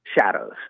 shadows